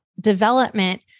development